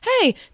hey